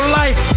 life